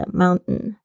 mountain